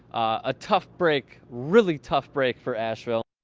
a tough break really tough break for asheville